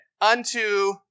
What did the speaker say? unto